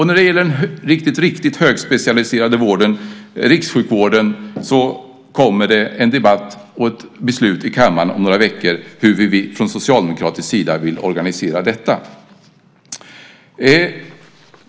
När det gäller den riktigt högspecialiserade vården, rikssjukvården, kommer det att bli debatt och beslut i kammaren om några veckor. Då kommer det att framgå hur vi från socialdemokratisk sida vill organisera detta.